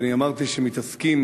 ואמרתי שמתעסקים